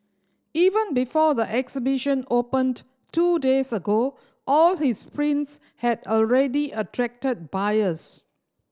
even before the exhibition opened two days ago all his prints had already attracted buyers